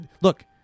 look